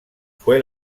fue